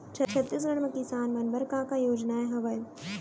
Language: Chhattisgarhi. छत्तीसगढ़ म किसान मन बर का का योजनाएं हवय?